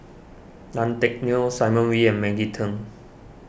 Tan Teck Neo Simon Wee and Maggie Teng